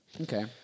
okay